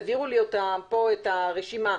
העבירו לי פה את הרשימה,